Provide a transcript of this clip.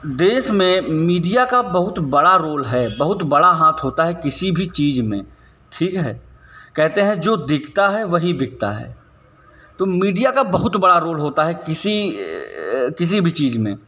देश में मीडिया का बहुत बड़ा रोल है बहुत बड़ा हाथ होता है किसी भी चीज़ में ठीक है कहते हैं जो दिखता है वही बिकता है तो मीडिया का बहुत बड़ा रोल होता है किसी भी चीज़ में